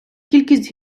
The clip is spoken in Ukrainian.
кількість